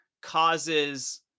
causes